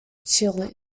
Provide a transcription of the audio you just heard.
chiles